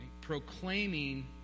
proclaiming